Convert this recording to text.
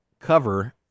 cover